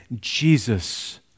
Jesus